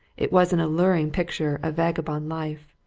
it was an alluring picture of vagabond life,